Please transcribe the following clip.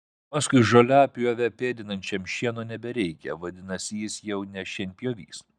paskui žoliapjovę pėdinančiam šieno nebereikia vadinasi jis jau ne šienpjovys